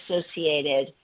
associated